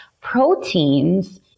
protein's